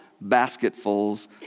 Basketfuls